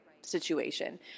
situation